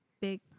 big